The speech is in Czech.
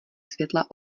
světla